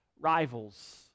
rivals